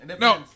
No